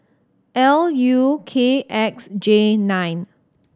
L U K X J nine